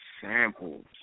samples